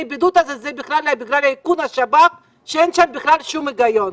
הבידוד הזה הם בכלל בגלל איכון השב"כ ואין שם בכלל שום היגיון.